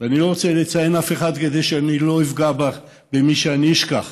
ואני לא רוצה לציין אף אחד כדי שלא אפגע במי שאני אשכח,